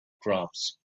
crops